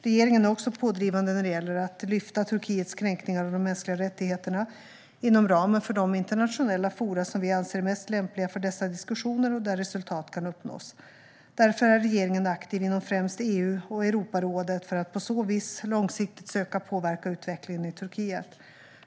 Regeringen är också pådrivande när det gäller att lyfta Turkiets kränkningar av de mänskliga rättigheterna inom ramen för de internationella forum som vi anser mest lämpliga för dessa diskussioner och där resultat kan uppnås. Därför är regeringen aktiv inom främst EU och Europarådet för att på så vis långsiktigt söka påverka utvecklingen i Turkiet.